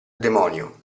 demonio